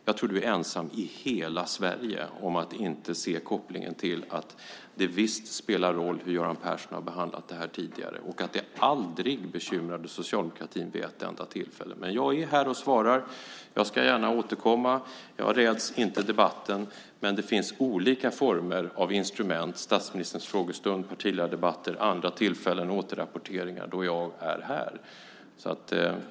Jag tror att du är ensam i hela Sverige om att inte se kopplingen till att det visst spelar roll hur Göran Persson har behandlat detta tidigare och att det aldrig bekymrade socialdemokratin vid ett enda tillfälle. Men jag är här och svarar. Jag ska gärna återkomma. Jag räds inte debatten, men det finns olika former av instrument: statsministerns frågestund, partiledardebatter, återrapporteringar och andra tillfällen då jag är här.